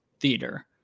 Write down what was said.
theater